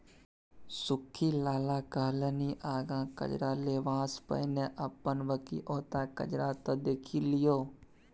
सुख्खी लाला कहलनि आँगा करजा लेबासँ पहिने अपन बकिऔता करजा त देखि लियौ